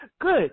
good